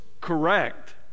correct